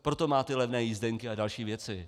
Proto má ty levné jízdenky a další věci.